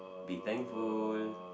be thankful